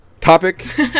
topic